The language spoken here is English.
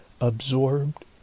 absorbed